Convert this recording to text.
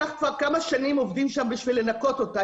כבר כמה שנים עובדים שם כדי לנקות אותה,